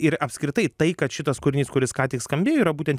ir apskritai tai kad šitas kūrinys kuris ką tik skambėjo yra būtent